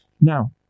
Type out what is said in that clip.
Now